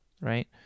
right